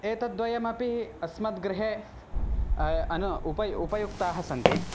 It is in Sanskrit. एतद् द्वयमपि अस्मद् गृहे अनु उपय् उपयुक्ताः सन्ति